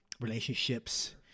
relationships